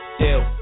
deal